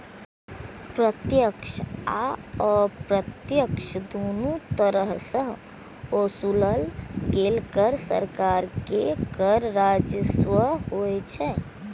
प्रत्यक्ष आ अप्रत्यक्ष, दुनू तरह सं ओसूलल गेल कर सरकार के कर राजस्व होइ छै